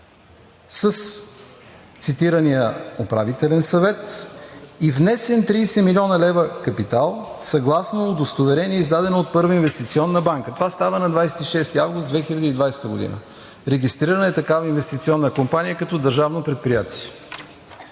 с цитирания управителен съвет и внесен 30 млн. лв. капитал съгласно удостоверение, издадено от Първа инвестиционна банка. Това става на 26 август 2020 г. – регистрирана е такава инвестиционна компания като държавно предприятие.